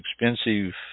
expensive